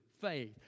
faith